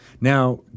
Now